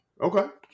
okay